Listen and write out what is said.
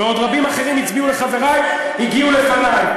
ועוד רבים אחרים הצביעו לחברי שהיו לפני.